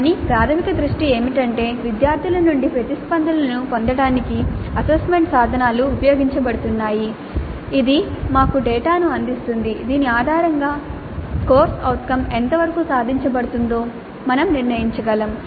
కానీ మా ప్రాధమిక దృష్టి ఏమిటంటే విద్యార్థుల నుండి ప్రతిస్పందనలను పొందటానికి అసెస్మెంట్ సాధనాలు ఉపయోగించబడుతున్నాయి ఇది మాకు డేటాను అందిస్తుంది దీని ఆధారంగా CO ఎంతవరకు సాధించబడుతుందో మేము నిర్ణయించగలము